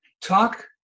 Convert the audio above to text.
talk